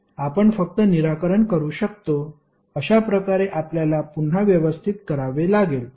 आपण फक्त निराकरण करू शकतो अशा प्रकारे आपल्याला पुन्हा व्यवस्थित करावे लागेल